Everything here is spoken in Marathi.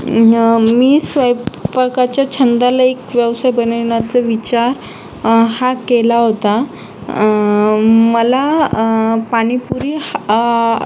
इन मी स्वयंपाकाच्या छंदाला एक व्यवसाय बनविण्याचा विचार हा केला होता मला पाणीपुरी आ